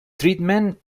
treatment